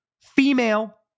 female